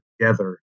together